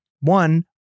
one